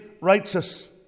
righteous